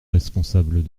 responsables